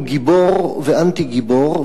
הוא גיבור ואנטי-גיבור,